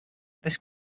this